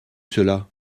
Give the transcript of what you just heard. cela